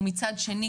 ומצד שני,